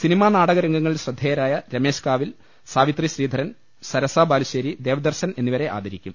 cinema നാടക രംഗങ്ങളിൽ ശ്രദ്ധേയരായ രമേശ് കാവിൽ സാവിത്രി ശ്രീധരൻ സരസ ബാലുശ്ശേരി ദേവ്ദർശൻ എന്നിവരെ ആദരിക്കും